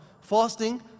fasting